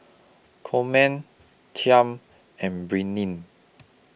Coleman Chaim and Brittni